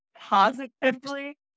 positively